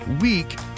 week